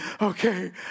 Okay